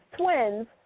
twins